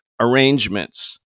arrangements